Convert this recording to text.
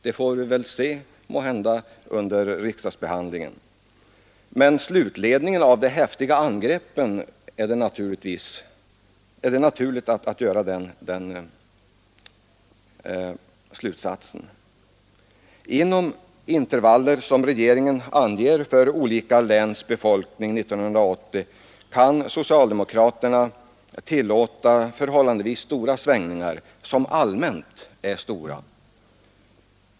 Det får vi måhända se under riksdagsbehandlingen, men av de häftiga angreppen är det naturligt att dra den slutsatsen. Inom intervaller som regeringen anger för olika läns befolkning 1980 kan socialdemokraterna tillåta svängningar som allmänt är stora.